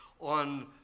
on